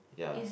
ya